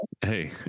hey